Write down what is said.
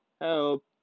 help